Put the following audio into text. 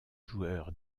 joueur